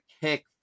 kick